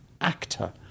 actor